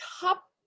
top